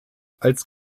als